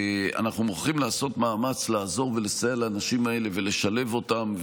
אנחנו מוכרחים לעשות מאמץ לעזור ולסייע לאנשים האלה ולשלב אותם,